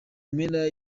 mpera